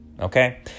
okay